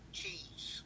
cheese